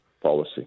policy